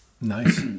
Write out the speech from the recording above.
Nice